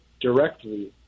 directly